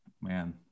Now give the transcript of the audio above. Man